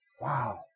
Wow